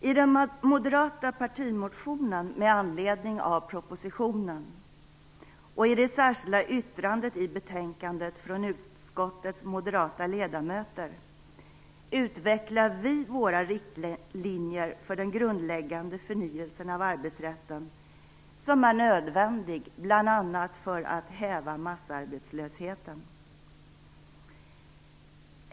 I den moderata partimotionen med anledning av propositionen och i det särskilda yttrandet i betänkandet från utskottets moderata ledamöter utvecklar vi våra riktlinjer för den grundläggande förnyelsen av arbetsrätten, som är nödvändig bl.a. för att häva massarbetslösheten.